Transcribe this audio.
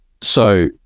So-